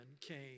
came